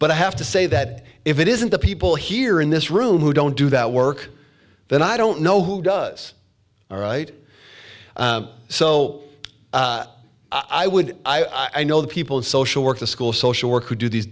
but i have to say that if it isn't the people here in this room who don't do that work then i don't know who does all right so i would i know the people in social work the school social work who do these